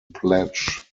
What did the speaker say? pledge